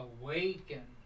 awaken